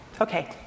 Okay